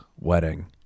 wedding